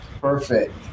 Perfect